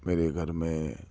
میرے گھر میں